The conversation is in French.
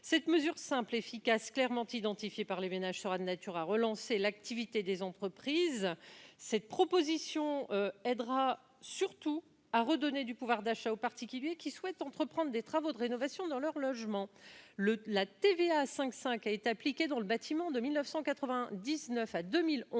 Cette mesure simple, efficace, clairement identifiée par les ménages sera de nature à relancer l'activité des entreprises artisanales du bâtiment. Elle contribuera surtout à redonner du pouvoir d'achat aux particuliers qui souhaitent entreprendre des travaux de rénovation de leur logement. Le taux de TVA de 5,5 % a été appliqué dans le secteur du bâtiment de 1999 à 2011